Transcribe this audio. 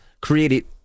created